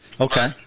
Okay